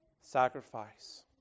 sacrifice